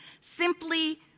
Simply